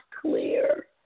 clear